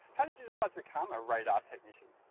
how did you decide to become a radar technician?